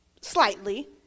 slightly